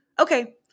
okay